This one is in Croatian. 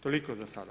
Toliko za sada.